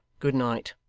good night